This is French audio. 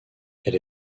elle